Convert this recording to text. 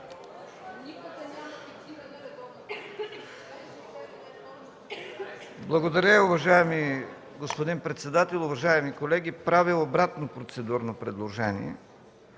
Благодаря, уважаеми господин председател. Уважаеми колеги, правя обратно процедурно предложение,